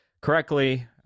correctly